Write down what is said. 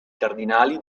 cardinali